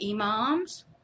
imams